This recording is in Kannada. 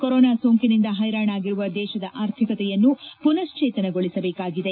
ಕೊರೊನಾ ಸೋಂಕಿನಿಂದ ಹೈರಾಣಾಗಿರುವ ದೇಶದ ಆರ್ಥಿಕತೆಯನ್ನು ಪುನಕ್ಷೇತನಗೊಳಿಸಬೇಕಾಗಿದೆ